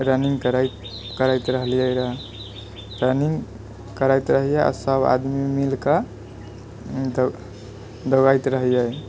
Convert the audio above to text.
running करैत करैत रहलियै रहै रनिंग करैत रहिये आओर सभ आदमी मिलिकऽ दौ दौड़ैत रहिये